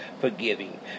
forgiving